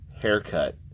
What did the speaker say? haircut